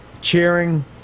cheering